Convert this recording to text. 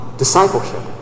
Discipleship